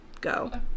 go